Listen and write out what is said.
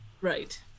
Right